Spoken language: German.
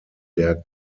der